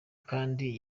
kandi